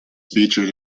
featured